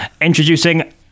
introducing